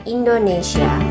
Indonesia